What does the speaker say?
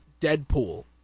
Deadpool